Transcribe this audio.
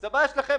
זו בעיה שלכם.